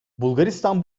bulgaristan